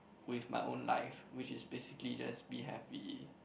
with my own life which is basically just be happy